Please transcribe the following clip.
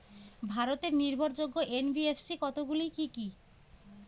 ভারতের নির্ভরযোগ্য এন.বি.এফ.সি কতগুলি কি কি?